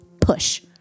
push